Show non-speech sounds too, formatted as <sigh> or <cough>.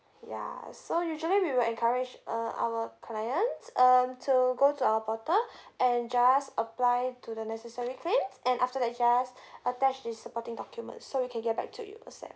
ya so usually we will encourage uh our clients um to go to our portal <breath> and just apply to the necessary claim and after that you just <breath> attach the supporting documents so we can get back to you ASAP